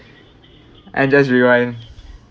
and just rewind